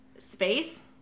Space